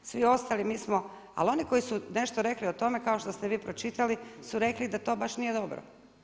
Svi ostali mi smo, ali oni koji su nešto rekli o tome kao što ste vi pročitali su rekli da to baš nije dobro.